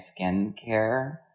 skincare